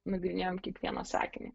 nagrinėjom kiekvieną sakinį